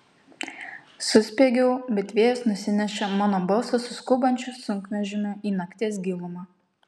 suspiegiau bet vėjas nusinešė mano balsą su skubančiu sunkvežimiu į nakties gilumą